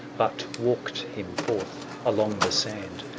but walked him forth along the sand,